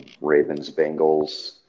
Ravens-Bengals